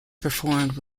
performed